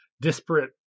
disparate